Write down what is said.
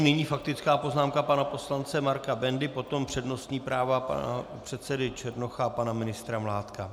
Nyní faktická poznámka pana poslance Marka Bendy, potom přednostní práva pana předsedy Černocha a pana ministra Mládka.